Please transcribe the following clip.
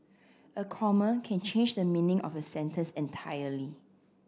a comma can change the meaning of a sentence entirely